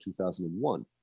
2001